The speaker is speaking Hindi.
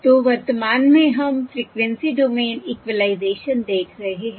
तो वर्तमान में हम फ़्रिक्वेंसी डोमेन इक्विलाइज़ेशन देख रहे हैं